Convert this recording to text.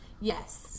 Yes